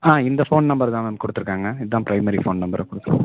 ஆ இந்த phone number தான் ma'am கொடுத்துருக்காங்க இதுதான் பிரைமரி ஃபோன் நம்பர் கொடுத்துருக்காங்க